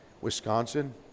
Wisconsin